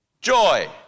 joy